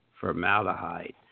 formaldehyde